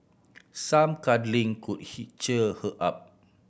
some cuddling could he cheer her up